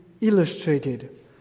illustrated